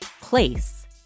place